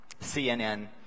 CNN